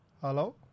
Hello